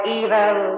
evil